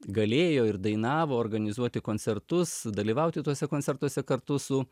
galėjo ir dainavo organizuoti koncertus dalyvauti tuose koncertuose kartu su